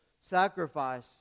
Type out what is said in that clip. sacrifice